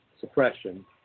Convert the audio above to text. suppression